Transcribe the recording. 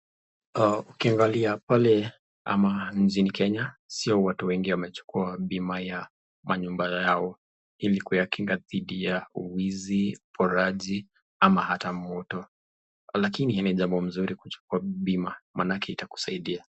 Ukiangalia pale ama nchini Kenya, sio watu wengi wamechukua bima ya manyumba zao ili kuyakinga dhidi ya wizi, uporaji ama hata moto, lakini hii ni jambo nzuri kuchukua bima maanake itakusaidia.